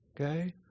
Okay